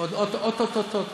כשאו-טו-טו-טו הולכים.